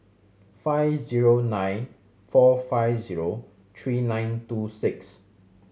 five zero nine four five zero three nine two six